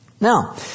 Now